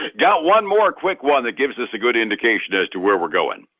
got one more quick one that gives us a good indication as to where we're going.